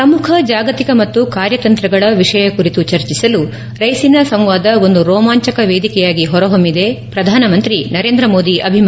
ಪ್ರಮುಖ ಜಾಗತಿಕ ಮತ್ತು ಕಾರ್ಯತಂತ್ರಗಳ ವಿಷಯ ಕುರಿತು ಚರ್ಚಿಸಲು ರೈಸೀನಾ ಸಂವಾದ ಒಂದು ರೋಮಾಂಚಕ ವೇದಿಕೆಯಾಗಿ ಹೊರಹೊಮ್ಮಿದೆ ಪ್ರಧಾನಮಂತ್ರಿ ನರೇಂದ್ರ ಮೋದಿ ಅಭಿಮತ